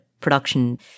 production